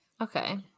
okay